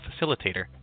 facilitator